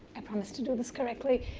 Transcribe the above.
i promised to do this correctly.